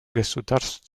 государств